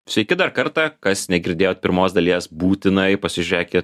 sveiki dar kartą kas negirdėjot pirmos dalies būtinai pasižiūrėkit